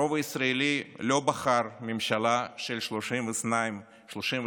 הרוב הישראלי לא בחר ממשלה של 32 שרים,